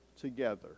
together